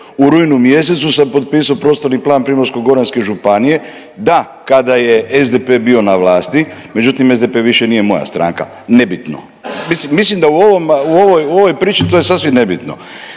u rujnu mjesecu sam potpisao prostorni plan Primorsko-goranske županije, da, kada je SDP bio na vlasti, međutim SDP više nije moja stranka. Nebitno. Mislim da u ovoj priči to je sasvim nebitno.